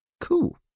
Cool